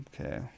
Okay